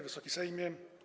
Wysoki Sejmie!